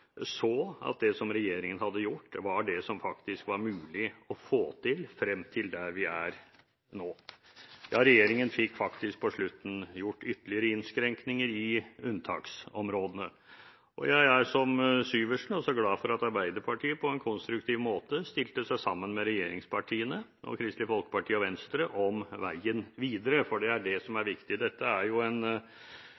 så at det som regjeringen hadde gjort, var det som var mulig å få til – frem til der vi er nå. Regjeringen fikk på slutten faktisk gjort ytterligere innskrenkninger i unntaksområdene. Jeg er – som Syversen – glad for at Arbeiderpartiet på en konstruktiv måte stilte seg bak regjeringspartiene, Kristelig Folkeparti og Venstre om veien videre. Det er det som er